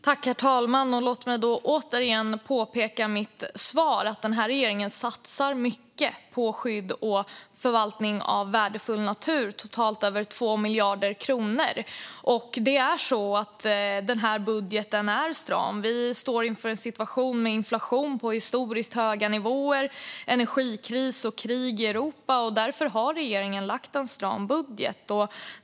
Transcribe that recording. Herr talman! Låt mig återigen peka på vad jag sa i svaret, nämligen att den här regeringen satsar mycket på skydd och förvaltning av värdefull natur, totalt över 2 miljarder kronor. Budgeten är stram. Vi står inför en situation med inflation på historiskt höga nivåer, energikris och krig i Europa, och därför har regeringen lagt fram en stram budget.